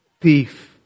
thief